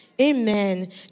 Amen